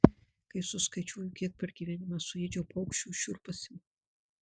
kai suskaičiuoju kiek per gyvenimą suėdžiau paukščių šiurpas ima